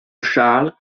charles